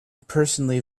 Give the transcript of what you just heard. personally